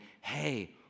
hey